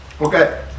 Okay